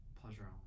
Pleasure